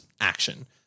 action